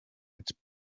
its